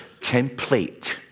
template